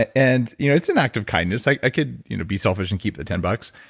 ah and you know it's an act of kindness i could you know be selfish and keep the ten bucks,